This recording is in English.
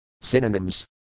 Synonyms